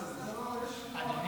יש נוהג.